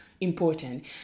important